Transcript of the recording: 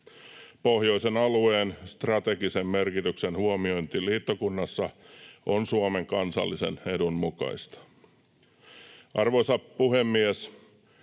Pohjoisen alueen strategisen merkityksen huomiointi liittokunnassa on Suomen kansallisen edun mukaista. Arvoisa puhemies!